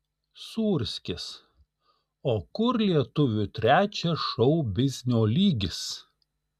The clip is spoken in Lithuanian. sūrskis o kur lietuvių trečias šou biznio lygis